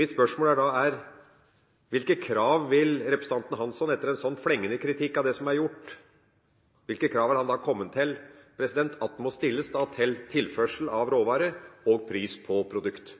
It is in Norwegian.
Mitt spørsmål blir da: Etter en slik flengende kritikk av det som er gjort – hvilke krav har representanten Hansson kommet til må stilles til tilførsel av råvarer og pris på produkt?